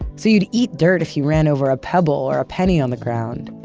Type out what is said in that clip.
so you'd eat dirt if you ran over a pebble or a penny on the ground.